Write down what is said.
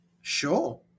Sure